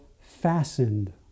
fastened